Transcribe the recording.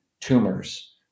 tumors